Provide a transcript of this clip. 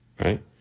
right